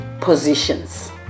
positions